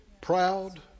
Proud